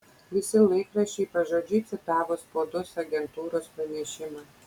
visi laikraščiai pažodžiui citavo spaudos agentūros pranešimą